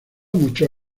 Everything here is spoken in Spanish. muchos